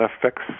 affects